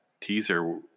teaser